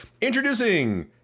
introducing